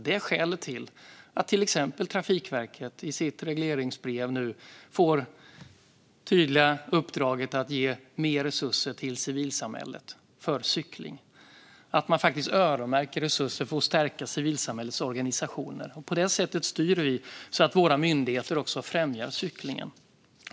Detta är skälet till att till exempel Trafikverket i sitt regleringsbrev nu får det tydliga uppdraget att ge mer resurser till civilsamhället för cykling. Resurser öronmärks för att stärka civilsamhällets organisationer. På det sättet styr vi så att våra myndigheter främjar cyklingen.